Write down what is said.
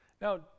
Now